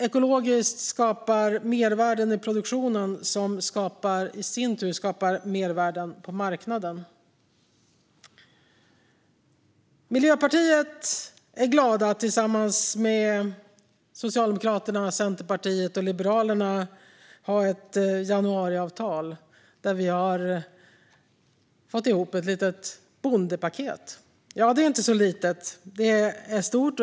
Ekologiskt skapar mervärden i produktionen som i sin tur skapar mervärden på marknaden. Vi i Miljöpartiet är glada att tillsammans med Socialdemokraterna, Centerpartiet och Liberalerna ha ett januariavtal, där vi har fått ihop ett litet bondepaket. Det är egentligen inte så litet, utan det är stort.